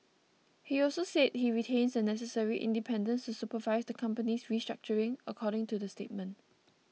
he also said he retains the necessary independence to supervise the company's restructuring according to the statement